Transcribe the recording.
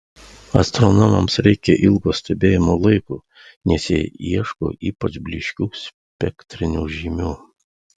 astronomams reikia ilgo stebėjimo laiko nes jie ieško ypač blyškių spektrinių žymių